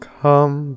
come